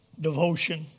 devotion